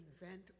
event